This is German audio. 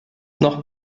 noch